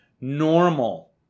normal